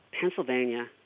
Pennsylvania